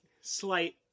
Slight